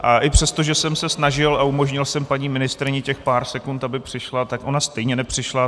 A i přesto, že jsem se snažil a umožnil jsem paní ministryni těch pár sekund, aby přišla, tak ona stejně nepřišla.